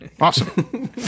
awesome